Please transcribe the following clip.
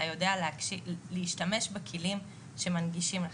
אתה יודע להשתמש בכלים שמנגישים לך.